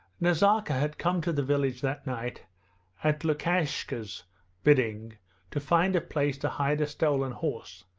nazarka had come to the village that night at lukashka's bidding to find a place to hide a stolen horse,